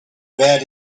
bad